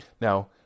Now